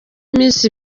iminsi